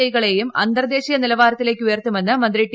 ഐകളെയും അന്തർദേശീയ നിലവാരത്തിലേക്ക് ഉയർത്തുമെന്ന് മന്ത്രി ടി